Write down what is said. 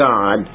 God